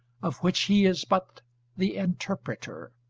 of which he is but the interpreter.